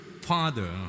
father